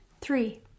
Three